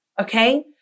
okay